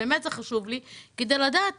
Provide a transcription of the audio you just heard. כדי לדעת